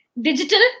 Digital